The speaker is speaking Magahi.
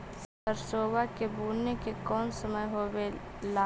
सरसोबा के बुने के कौन समय होबे ला?